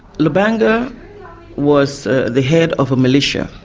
lubanga was the head of a militia,